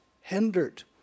hindered